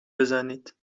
بزنید